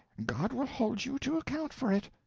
god will hold you to account for it.